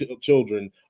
children